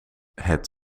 het